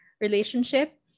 relationship